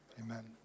Amen